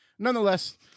Nonetheless